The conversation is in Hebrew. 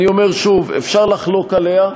אני אומר שוב, אפשר לחלוק עליה,